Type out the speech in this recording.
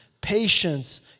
patience